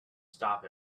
stop